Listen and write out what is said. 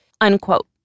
unquote